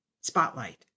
Spotlight